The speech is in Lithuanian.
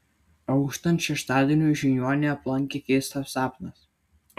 auštant šeštadieniui žiniuonį aplankė keistas sapnas